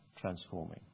transforming